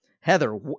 Heather